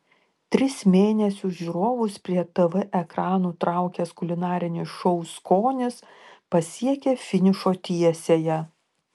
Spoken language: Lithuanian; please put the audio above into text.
tris mėnesius žiūrovus prie tv ekranų traukęs kulinarinis šou skonis pasiekė finišo tiesiąją